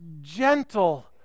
gentle